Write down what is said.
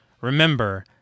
Remember